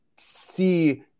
see